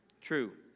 True